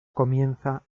comienza